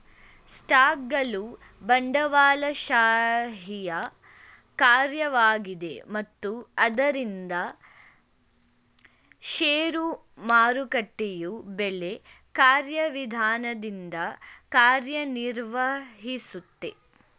ಸ್ಟಾಕ್ಗಳು ಬಂಡವಾಳಶಾಹಿಯ ಕಾರ್ಯವಾಗಿದೆ ಮತ್ತು ಆದ್ದರಿಂದ ಷೇರು ಮಾರುಕಟ್ಟೆಯು ಬೆಲೆ ಕಾರ್ಯವಿಧಾನದಿಂದ ಕಾರ್ಯನಿರ್ವಹಿಸುತ್ತೆ